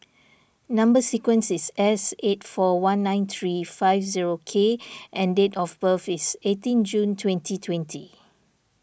Number Sequence is S eight four one nine three five zero K and date of birth is eighteen June twenty twenty